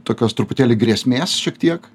tokios truputėlį grėsmės šiek tiek